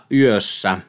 yössä